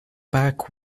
back